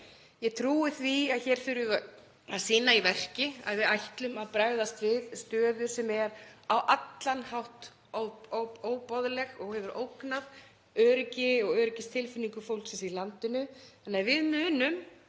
Ég trúi því að hér þurfum við að sýna í verki að við ætlum að bregðast við stöðu sem er á allan hátt óboðleg og hefur ógnað öryggi og öryggistilfinningu fólksins í landinu.